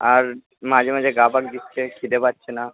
আর মাঝে মাঝে গা পাক দিচ্ছে খিদে পাচ্ছে না